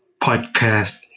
podcast